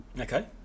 Okay